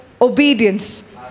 obedience